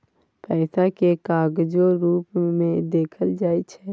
पैसा केँ कागजो रुप मे देखल जाइ छै